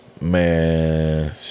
Man